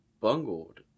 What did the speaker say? bungled